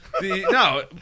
No